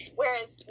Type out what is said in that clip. whereas